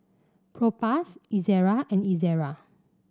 Propass Ezerra and Ezerra